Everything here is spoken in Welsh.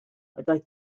ydoedd